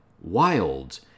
wild